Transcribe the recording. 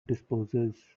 disposes